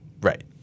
Right